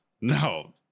No